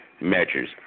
measures